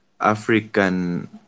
African